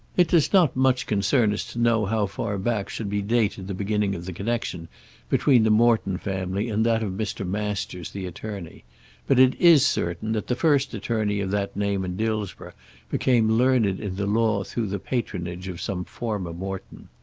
it does not much concern us to know how far back should be dated the beginning of the connection between the morton family and that of mr. masters, the attorney but it is certain that the first attorney of that name in dillsborough became learned in the law through the patronage of some former morton.